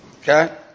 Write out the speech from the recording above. Okay